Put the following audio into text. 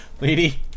Lady